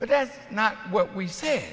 but that's not what we say